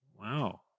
Wow